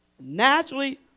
naturally